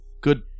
good